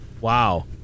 Wow